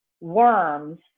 worms